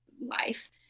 life